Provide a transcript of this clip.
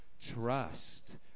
Trust